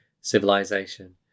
civilization